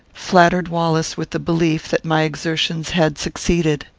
flattered wallace with the belief that my exertions had succeeded.